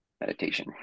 meditation